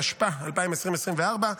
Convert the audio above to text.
התשפ"ה 2024,